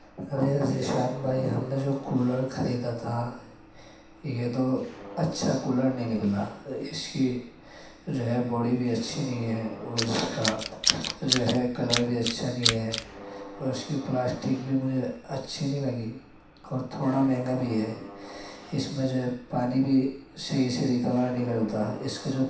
ارے ذیشان بھائی ہم نے جو کولر خریدا تھا یہ تو اچھا کولر نہیں نکلا اس کی رے بوڈی بھی اچھی نہیں ہے اور اس کا جو ہے کلر بھی اچھا نہیں ہے اور اس کی پلاسٹک بھی مجھے اچھی نہیں لگی اور تھوڑا مہنگا بھی ہے اس میں جو ہے پانی بھی صحیح سے ریکور نہیں کرتا اس کا جو